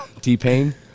T-Pain